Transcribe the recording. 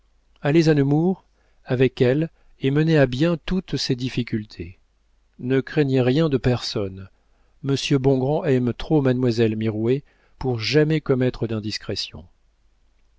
allez à nemours avec elle et menez à bien toutes ces difficultés ne craignez rien de personne monsieur bongrand aime trop mademoiselle mirouët pour jamais commettre d'indiscrétion